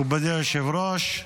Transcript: מכובדי היושב-ראש,